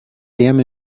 damn